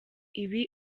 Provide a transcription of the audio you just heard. ibi